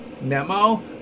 Memo